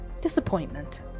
Disappointment